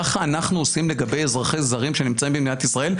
ככה אנחנו עושים לגבי אזרחים זרים שנמצאים במדינת ישראל,